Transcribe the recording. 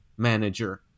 Manager